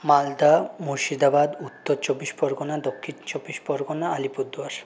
Malda Murshidabad Uttar Chabbish Pargana Dakshin Chabbish Pargana Alipurduar